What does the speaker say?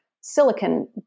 silicon